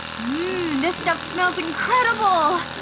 this stuff smells incredible!